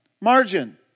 Margin